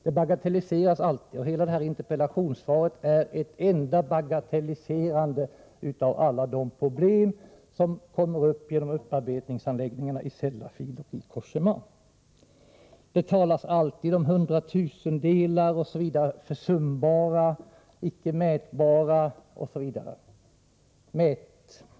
De bagatelliseras alltid, och hela det här interpellationssvaret är ett enda bagatelliserande av alla de problem som uppkommer genom upparbetningsanläggningarna i Sellafield och vid Cogéma. Det talas alltid om ”hundratusendelar”, ”försumbara”, ”icke mätbara” osv.